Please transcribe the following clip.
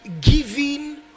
giving